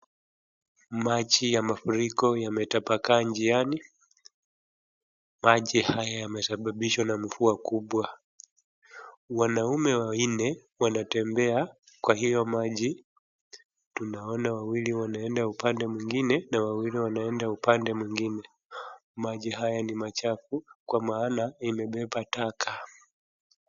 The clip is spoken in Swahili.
Maji ya mafuriko yametapakaa njiani maji haya yamesababishwa na mvua kubwa. Wanaume wanne wanatembea kwa hiyo maji tunaona wawili wanaenda upande mwingine na wawili wanaenda upande mwingine. Maji haya ni machafu kwa maana imebeba taka.